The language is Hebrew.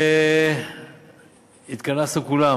והתכנסנו כולם